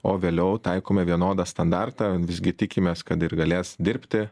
o vėliau taikome vienodą standartą visgi tikimės kad galės dirbti